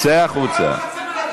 צא החוצה.